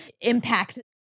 impact